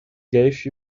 gave